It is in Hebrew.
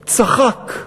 צחק.